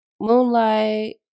Moonlight